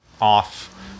off